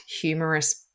humorous